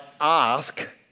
ask